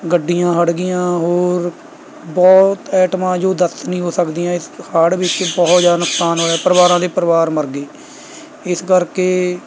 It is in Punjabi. ਗੱਡੀਆਂ ਹੜ੍ਹ ਗਈਆਂ ਹੋਰ ਬਹੁਤ ਐਟਮਾਂ ਜੋ ਦੱਸ ਨਹੀਂ ਹੋ ਸਕਦੀਆਂ ਇਸ ਹੜ੍ਹ ਵਿੱਚ ਬਹੁਤ ਜ਼ਿਆਦਾ ਨੁਕਸਾਨ ਹੋਇਆ ਪਰਿਵਾਰਾਂ ਦੇ ਪਰਿਵਾਰ ਮਰ ਗਏ ਇਸ ਕਰਕੇ